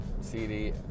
CD